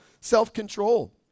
Self-control